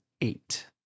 eight